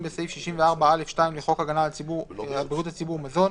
בסעיף 64(א)(2) לחוק הגנה על בריאות הציבור (מזון)